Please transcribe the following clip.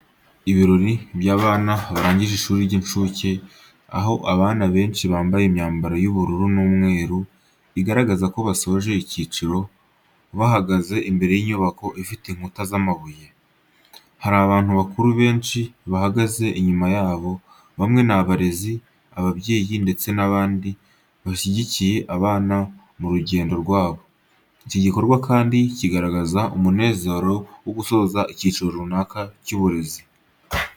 Ibirori by’abana barangije ishuri ry’incuke, aho abana benshi bambaye imyambaro y’ubururu n’umweru, igaragaza ko basoje icyiciro, bahagaze imbere y’inyubako ifite inkuta z’amabuye. Hari abantu bakuru benshi bahagaze inyuma yabo, bamwe ni abarezi, ababyeyi ndetse n’abandi bashyigikiye abana mu rugendo rwabo. Iki gikorwa kandi kigaragaza umunezero wo gusoza icyiciro runaka cy’uburezi.